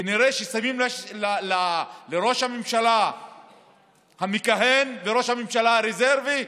כנראה ששמים לראש הממשלה המכהן וראש הממשלה הרזרבי,